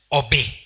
obey